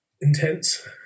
intense